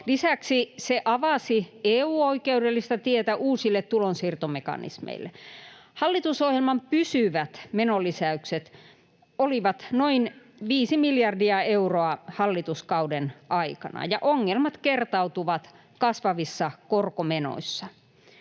Lisäksi se avasi EU-oikeudellista tietä uusille tulonsiirtomekanismeille. Hallitusohjelman pysyvät menolisäykset olivat noin 5 miljardia euroa hallituskauden aikana, ja ongelmat kertautuvat kasvavissa korkomenoissa.